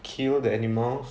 kill the animal